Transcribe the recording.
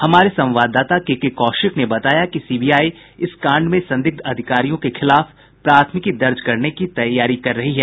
हमारे संवाददाता केके कौशिक ने बताया कि सीबीआई इस कांड में संदिग्ध अधिकारियों के खिलाफ प्राथमिकी दर्ज करने की तैयारी कर रही है